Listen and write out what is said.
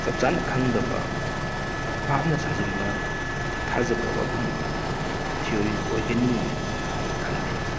ꯆꯞ ꯆꯥꯅ ꯈꯪꯗꯕ ꯚꯥꯞꯅ ꯁꯥꯖꯤꯟꯕ ꯊꯥꯖꯕ ꯋꯥꯐꯝ ꯊꯤꯑꯣꯔꯤ ꯑꯣꯏꯒꯅꯤ ꯍꯥꯏꯅ ꯈꯜꯂꯤ